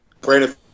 Brandon